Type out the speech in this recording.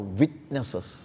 witnesses